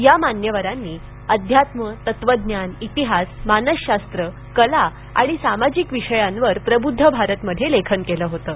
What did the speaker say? या मान्यवरांनी आध्यात्म तत्वज्ञान इतिहास मानसशास्त्र कला आणि सामाजिक विषयांवर प्रबुद्ध भारतमध्ये लेखन केलं होतं